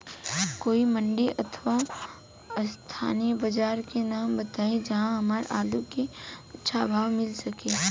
कोई मंडी अथवा स्थानीय बाजार के नाम बताई जहां हमर आलू के अच्छा भाव मिल सके?